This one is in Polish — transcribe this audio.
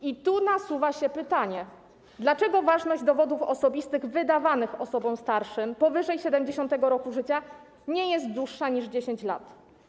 I tu nasuwa się pytanie: Dlaczego termin ważności dowodów osobistych wydawanych osobom starszym, powyżej 70. roku życia, nie jest dłuższy niż 10 lat?